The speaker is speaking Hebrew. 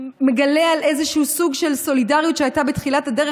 שמגלה איזשהו סוג של סולידריות שהייתה בתחילת הדרך,